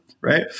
right